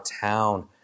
town